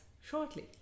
shortly